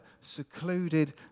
secluded